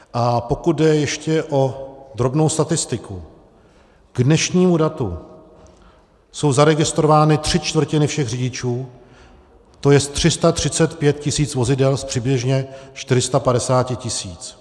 A pokud jde ještě o drobnou statistiku, k dnešnímu datu jsou zaregistrovány tři čtvrtiny všech řidičů, to jest 335 tisíc vozidel z přibližně 450 tisíc.